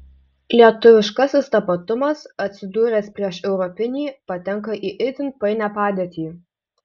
lietuviškasis tapatumas atsidūręs prieš europinį patenka į itin painią padėtį